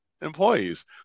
employees